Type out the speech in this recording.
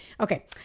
okay